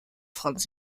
franz